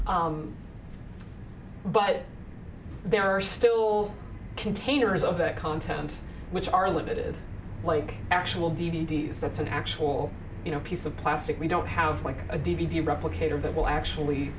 but there are still containers of that content which are limited like actual d v d s that's an actual you know piece of plastic we don't have like a d v d replicator but will actually